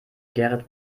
gerrit